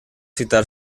citar